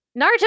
Naruto